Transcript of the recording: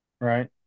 right